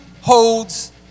holds